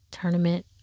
Tournament